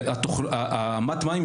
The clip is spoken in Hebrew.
ואמת המים,